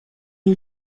you